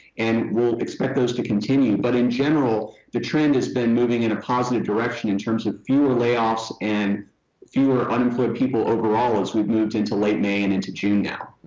and we'll expect those to continue. but in general, the trend has been moving in a positive direction in terms of fewer layoffs and fewer unemployed people overall as we moved into late may and into june now.